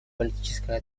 политическая